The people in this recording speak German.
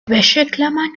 wäscheklammern